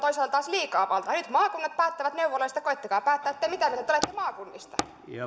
on taas liikaa valtaa nyt maakunnat päättävät neuvoloista koettakaa päättää mitä mieltä te olette maakunnista